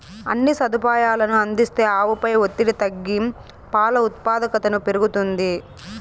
అన్ని సదుపాయాలనూ అందిస్తే ఆవుపై ఒత్తిడి తగ్గి పాల ఉత్పాదకతను పెరుగుతుంది